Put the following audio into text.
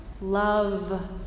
Love